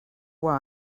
why